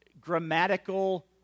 grammatical